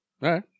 right